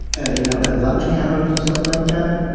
ah you know and lunch counters and stuff like that,